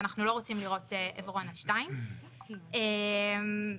ואנחנו לא רוצים לראות עברונה 2. זאת